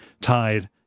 tied